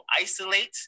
isolate